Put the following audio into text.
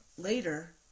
Later